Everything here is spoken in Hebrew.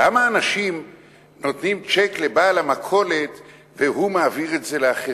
למה אנשים נותנים צ'ק לבעל המכולת והוא מעביר את זה לאחרים?